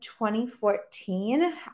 2014